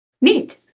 Neat